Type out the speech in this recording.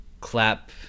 clap